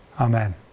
Amen